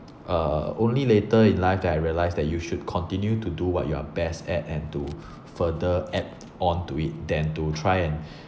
uh only later in life that I realise that you should continue to do what you are best at and to further add on to it than to try and